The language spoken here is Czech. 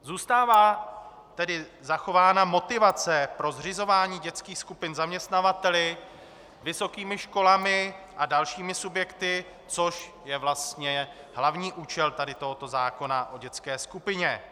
Zůstává tedy zachována motivace pro zřizování dětských skupin zaměstnavateli, vysokými školami a dalšími subjekty, což je vlastně hlavní účel tady tohoto zákona o dětské skupině.